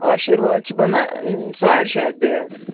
آشِرواد چھِ بَنان ساڑ شےٚ ہَتھ بیگ